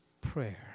prayer